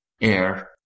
air